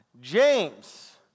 James